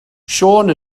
siôn